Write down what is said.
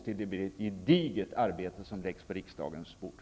Det blir senare ett gediget arbete som läggs på riksdagens bord.